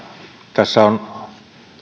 tässä on